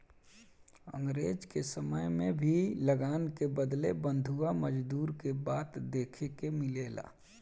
अंग्रेज के समय में भी लगान के बदले बंधुआ मजदूरी के बात देखे के मिलेला